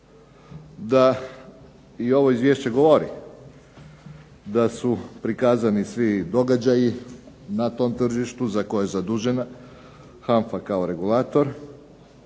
da i ovo izvješće govori da su prikazani svi događaji na tom tržištu za koje je zadužena HANFA kao regulator,